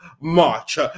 March